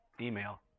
email